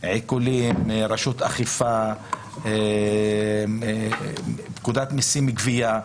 עיקולים, רשות אכיפה, פקודת מיסים (גביה)